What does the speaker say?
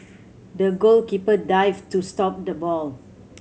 the goalkeeper dived to stop the ball